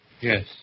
Yes